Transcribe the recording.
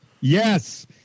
yes